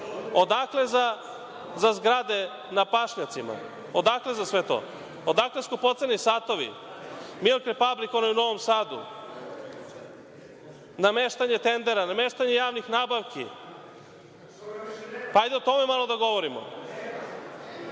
Odakle za zgrade na pašnjacima, odakle za sve to? Odakle skupoceni satovi, „Milk repablik“ u Novom Sadu, nameštanje tendera, nameštanje javnih nabavki. Hajde o tome malo da govorimo,